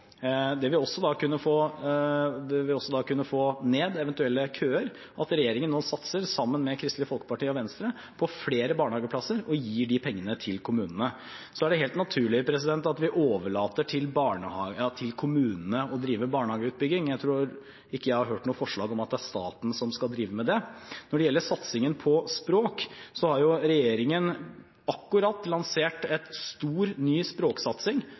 Det vil også kunne få ned eventuelle køer at regjeringen nå satser – sammen med Kristelig Folkeparti og Venstre – på flere barnehageplasser og gir de pengene til kommunene. Det er helt naturlig at vi overlater til kommunene å drive barnehageutbygging. Jeg tror ikke jeg har hørt noe forslag om at det er staten som skal drive med det. Når det gjelder satsingen på språk, har regjeringen akkurat lansert en stor, ny språksatsing